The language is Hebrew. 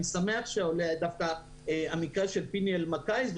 אני שמח שעולה המקרה של פיני אלמקייס דווקא,